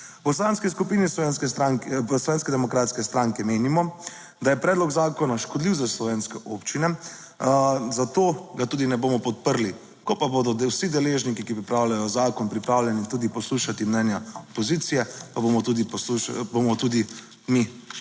V Poslanski skupini Slovenske demokratske stranke menimo, da je predlog zakona škodljiv za slovenske občine, zato ga tudi ne bomo podprli. Ko pa bodo vsi deležniki, ki pripravljajo zakon, pripravljeni tudi poslušati mnenja opozicije, pa bomo tudi posluša...,